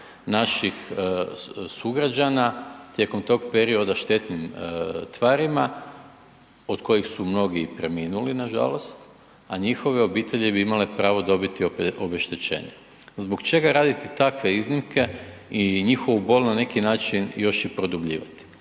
naših sugrađana tijekom tog perioda štetnim tvarima od kojih su mnogi i preminuli nažalost, a njihove obitelji bi imale pravo dobiti obeštećenje. Zbog čega raditi takve iznimke i njihovu bol na neki način još i produbljivati?